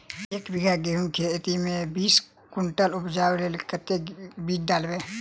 एक बीघा गेंहूँ खेती मे बीस कुनटल उपजाबै केँ लेल कतेक बीज डालबै?